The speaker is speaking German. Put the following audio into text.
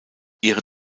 ihre